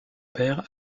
père